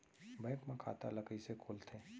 Bank म खाता ल कइसे खोलथे?